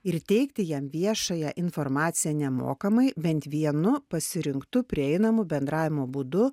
ir teikti jam viešąją informaciją nemokamai bent vienu pasirinktu prieinamu bendravimo būdu